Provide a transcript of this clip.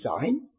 design